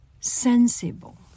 sensible